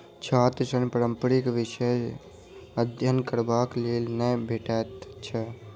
छात्र ऋण पारंपरिक विषयक अध्ययन करबाक लेल नै भेटैत छै